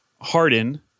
Harden